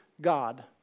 God